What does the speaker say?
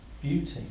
beauty